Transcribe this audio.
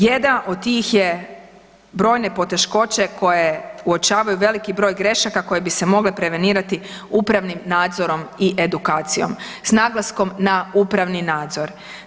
Jedna od tih je brojne poteškoće koje uočavaju veliki broj grešaka koje bi se mogle prevenirati upravnim nadzorom i edukacijom s naglaskom na upravni nadzor.